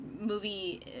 movie